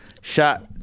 shot